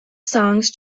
songs